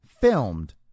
filmed